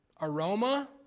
aroma